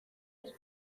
wir